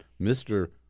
Mr